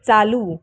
चालू